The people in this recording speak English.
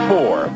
Four